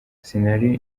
sinari